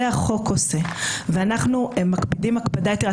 זה החוק עושה ואנחנו מפקידים הקפדה יתרה.